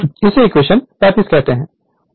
तो यह इक्वेशन 35 है